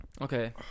Okay